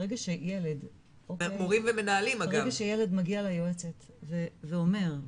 ברגע שילד מגיע ליועצת ואומר,